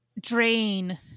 drain